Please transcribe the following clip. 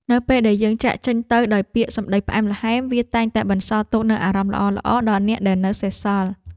នៅពេលដែលយើងចាកចេញទៅដោយពាក្យសម្តីផ្អែមល្ហែមវាតែងតែបន្សល់ទុកនូវអារម្មណ៍ល្អៗដល់អ្នកដែលនៅសេសសល់។